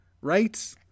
Right